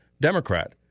Democrat